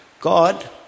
God